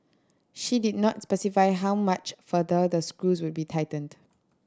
she did not specify how much further the screws would be tightened